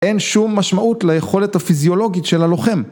אין שום משמעות ליכולת הפיזיולוגית של הלוחם.